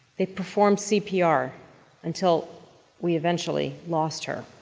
they performed cpr until we eventually lost her.